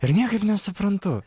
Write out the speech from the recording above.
ir niekaip nesuprantu